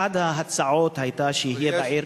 אחת ההצעות היתה שיהיה בעיר,